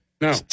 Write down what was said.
No